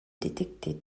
détecter